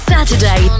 Saturday